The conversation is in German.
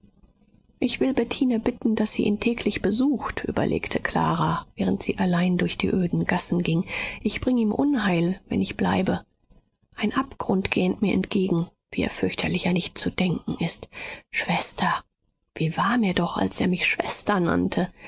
ich will bettine bitten daß sie ihn täglich besucht überlegte clara während sie allein durch die öden gassen ging ich bring ihm unheil wenn ich bleibe ein abgrund gähnt mir entgegen wie er fürchterlicher nicht zu denken ist schwester wie war mir doch als er mich schwester nannte